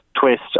twist